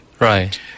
Right